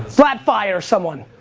vlad fire someone.